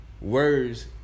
words